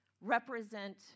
represent